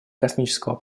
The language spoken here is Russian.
космического